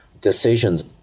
Decisions